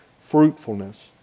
fruitfulness